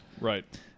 right